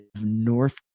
North